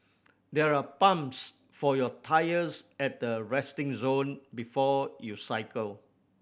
there are pumps for your tyres at the resting zone before you cycle